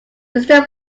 easter